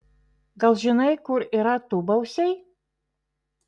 gal žinai kur yra tūbausiai